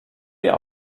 wir